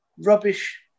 rubbish